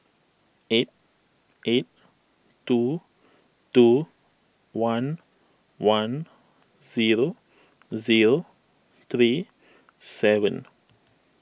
eight eight two two one one zero zero three seven